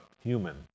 human